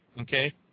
Okay